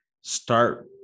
start